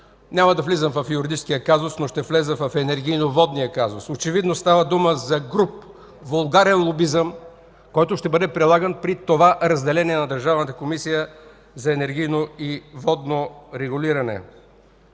Няма да влизам в юридическия казус, но ще вляза в енергийно-водния казус. Очевидно става дума за груб, вулгарен лобизъм, който ще бъде прилаган при това разделение на Държавната комисия за енергийно и водно регулиране.